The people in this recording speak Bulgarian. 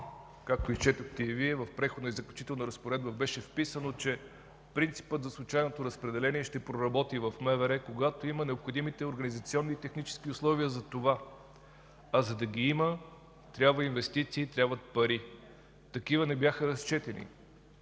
както изчетохте и Вие, в Преходните и заключителните разпоредби беше вписано, че принципът за случайното разпределение ще проработи в МВР, когато има необходимите организационни и технически условия за това. За да ги има, трябват инвестиции, трябват пари. Такива не бяха разчетени.